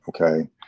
okay